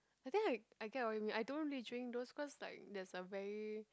I think I get what you mean I don't really drink those cause like there's a very